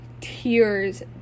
tears